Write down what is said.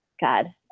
God